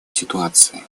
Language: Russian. ситуации